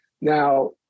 Now